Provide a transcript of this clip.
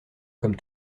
comme